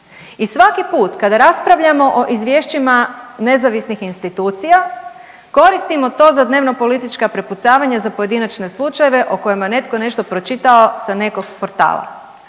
I svaki put kada raspravljamo o izvješćima nezavisnih institucija koristimo to za dnevno politička prepucavanja, za pojedinačne slučajeve o kojima je netko nešto pročitao sa nekog portala.